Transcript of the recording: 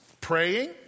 Praying